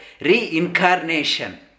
reincarnation